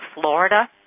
Florida